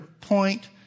point